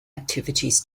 activities